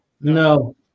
No